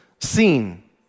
seen